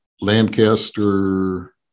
Lancaster